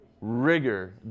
rigor